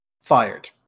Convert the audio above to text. fired